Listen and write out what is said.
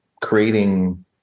creating